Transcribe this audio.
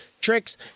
tricks